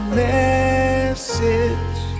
message